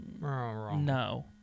No